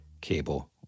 cable